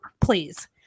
please